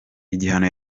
igihano